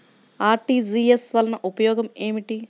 RTGS వలన ఉపయోగం ఏమిటీ?